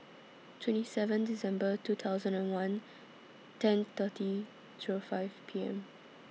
twenty seven December two thousand and one ten thirty Zero five P M